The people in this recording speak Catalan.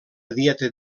dieta